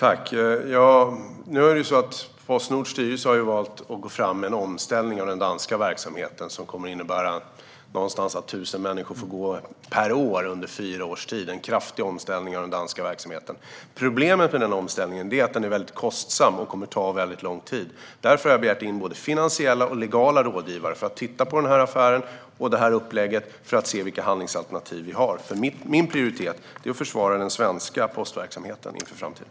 Fru talman! Postnords styrelse har valt att göra en omställning av den danska verksamheten, vilket kommer att innebära att 1 000 människor per år får gå under fyra års tid. Det är en kraftig omställning av den danska verksamheten. Problemet med denna omställning är att den är väldigt kostsam och kommer att ta lång tid. Därför har jag begärt in både finansiella och legala rådgivare för att titta på den här affären och det här upplägget och se vilka handlingsalternativ vi har. Min prioritet är att försvara den svenska postverksamheten inför framtiden.